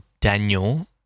Daniel